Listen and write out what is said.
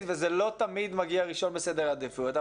וזה לא תמיד מגיע ראשון בסדר העדיפויות.